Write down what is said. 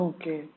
Okay